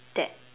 that